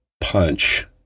punch